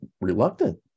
reluctant